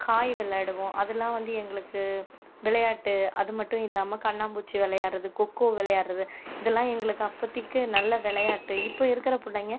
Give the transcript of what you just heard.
காய் விளையாடுவோம் அதுலாம் வந்து எங்களுக்கு விளையாட்டு அது மட்டும் இல்லாமல் கண்ணாம்மூச்சி விளையாட்றது கோகோ விளையாட்றது இதுலாம் எங்களுக்கு அப்போதைக்கு நல்ல விளையாட்டு இப்போது இருக்கிற பிள்ளைங்க